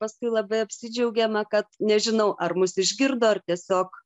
paskui labai apsidžiaugėme kad nežinau ar mus išgirdo ar tiesiog